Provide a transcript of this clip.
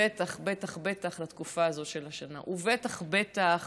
בטח בטח בטח לתקופה הזאת של השנה, ובטח בטח